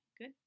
good